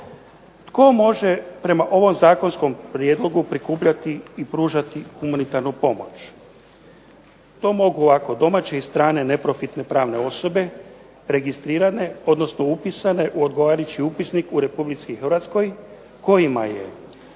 Tko može prema ovom zakonskom prijedlogu prikupljati i pružati humanitarnu pomoć? To mogu ovako domaće i strane neprofitne osobe registrirane odnosno upisane u odgovarajući upisnik u Republici Hrvatskoj kojima je